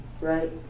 right